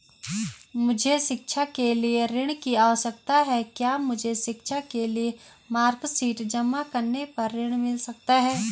मुझे शिक्षा के लिए ऋण की आवश्यकता है क्या मुझे शिक्षा के लिए मार्कशीट जमा करने पर ऋण मिल सकता है?